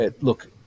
Look